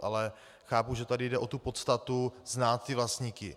Ale chápu, že tady jde o tu podstatu znát vlastníky.